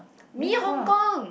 Mee Hong-Kong